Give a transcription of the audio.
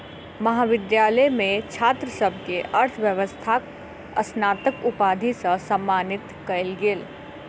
महाविद्यालय मे छात्र सभ के अर्थव्यवस्थाक स्नातक उपाधि सॅ सम्मानित कयल गेल